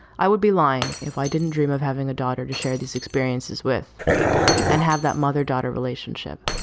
i would be lying if i didn't dream of having a daughter to share these experiences with and have that mother daughter relationship.